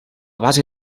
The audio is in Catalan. base